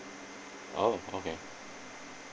oh okay